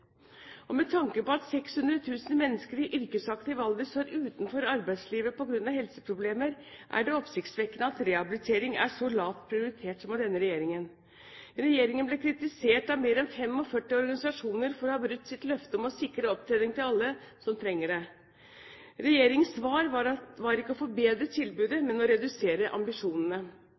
reduseres. Med tanke på at 600 000 mennesker i yrkesaktiv alder står utenfor arbeidslivet på grunn av helseproblemer, er det oppsiktsvekkende at rehabilitering er så lavt prioritert som det er av denne regjeringen. Regjeringen ble kritisert av mer enn 45 organisasjoner for å ha brutt sitt løfte om å sikre opptrening til alle som trenger det. Regjeringens svar var ikke å forbedre tilbudet, men å redusere ambisjonene.